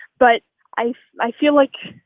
but i i feel like